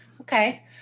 Okay